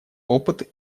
опыт